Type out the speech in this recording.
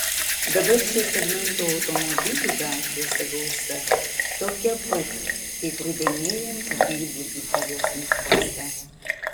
dabar šio segmento automobilių gatvėse gausa tokia pat kaip rudenėjant grybų dzūkijos miškuose